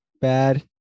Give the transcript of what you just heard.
bad